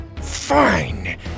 Fine